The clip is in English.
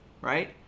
right